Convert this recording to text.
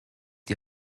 die